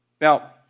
Now